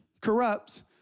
corrupts